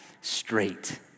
straight